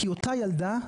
כי אותה ילדה,